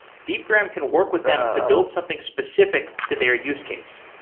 deepgram can work with them to build something specific to their use case.